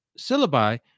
syllabi